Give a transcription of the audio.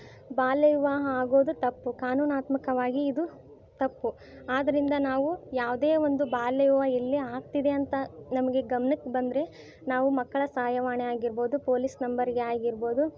ಬಾಲ್ಯ ವಿವಾಹ ಆಗೋದು ತಪ್ಪು ಕಾನೂನಾತ್ಮಕವಾಗಿ ಇದು ತಪ್ಪು ಆದ್ದರಿಂದ ನಾವು ಯಾವುದೇ ಒಂದು ಬಾಲ್ಯ ವಿವಾಹ ಎಲ್ಲಿ ಆಗ್ತಿದೆ ಅಂತ ನಮಗೆ ಗಮ್ನಕ್ಕೆ ಬಂದರೆ ನಾವು ಮಕ್ಕಳ ಸಹಾಯವಾಣಿ ಆಗಿರ್ಬೋದು ಪೋಲೀಸ್ ನಂಬರಿಗೆ ಆಗಿರ್ಬೋದು